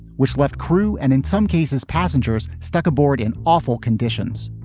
which left crew and in some cases, passengers stuck aboard in awful conditions.